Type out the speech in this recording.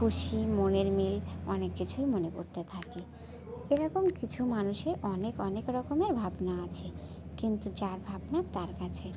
খুশি মনের মিল অনেক কিছুই মনে করতে থাকি এ রকম কিছু মানুষের অনেক অনেক রকমের ভাবনা আছে কিন্তু যার ভাবনা তার কাছে